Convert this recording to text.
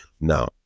now